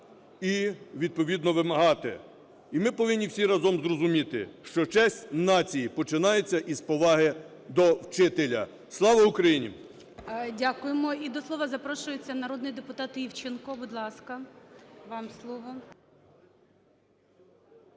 і відповідно вимагати. І ми повинні всі разом зрозуміти, що честь нації починається із поваги до вчителя. Слава Україні! ГОЛОВУЮЧИЙ. Дякуємо. І до слова запрошується народний депутат Івченко. Будь ласка, вам слово.